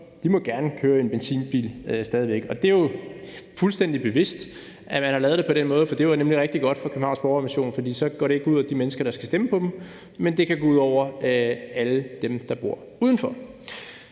væk gerne køre i en benzinbil. Og det er jo fuldstændig bevidst, at man har lavet det på den måde, for det var nemlig rigtig godt for Københavns Borgerrepræsentation, for så går det ikke ud over de mennesker, der skal stemme på dem, men det kan gå ud over alle dem, der bor uden for